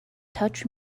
touch